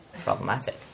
problematic